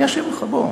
אני אשיב לך, בוא.